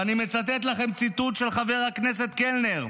ואני מצטט לכם ציטוט של חבר הכנסת קלנר: